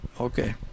Okay